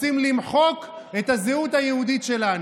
רוצים למחוק את הזהות היהודית שלנו.